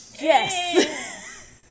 Yes